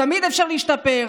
תמיד אפשר להשתפר,